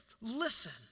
listen